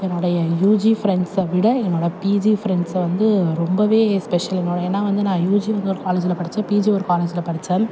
என்னுடைய யுஜி ஃப்ரெண்ட்ஸை விட என்னோட பிஜி ஃப்ரெண்ட்ஸை வந்து ரொம்பவே ஸ்பெஷல் என்னோட ஏன்னா வந்து என்னோட யுஜி வந்து ஒரு காலேஜில் படிச்சேன் பிஜி ஒரு காலேஜில் படிச்சேன்